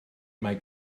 mae